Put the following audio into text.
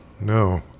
no